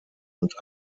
und